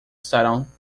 estarão